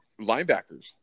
Linebackers